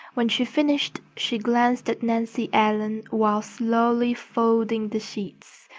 when she finished, she glanced at nancy ellen while slowly folding the sheets.